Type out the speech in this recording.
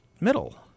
middle